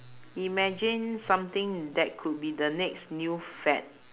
imagine something that could be the next new fad